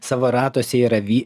savo ratuose yra vi